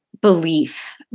belief